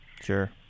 Sure